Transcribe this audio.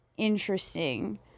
interesting